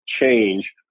change